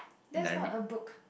that's not a book